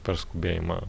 per skubėjimą